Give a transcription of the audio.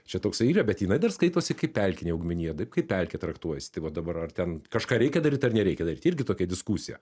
čia toksai yra bet jinai dar skaitosi kaip pelkinė augmenija taip kaip pelkė traktuojasi tai va dabar ar ten kažką reikia daryt ar nereikia daryt irgi tokia diskusija